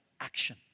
action